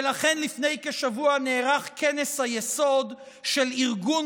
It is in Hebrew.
ולכן לפני כשבוע נערך כנס היסוד של ארגון